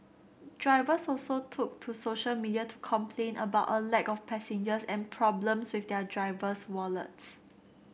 drivers also took to social media to complain about a lack of passengers and problems with their driver's wallets